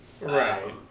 Right